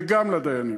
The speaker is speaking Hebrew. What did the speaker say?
וגם לדיינים.